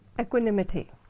Equanimity